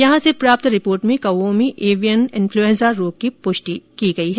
यहां से प्राप्त रिपोर्ट में कौओं में एवियन इंफ्लुएन्जा रोग की पुष्टि की गई है